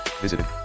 Visited